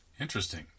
Interesting